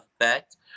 effect